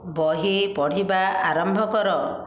ବହି ପଢ଼ିବା ଆରମ୍ଭ କର